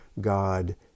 God